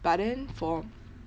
but then for